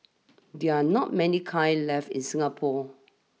they're not many kilns left in Singapore